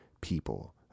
people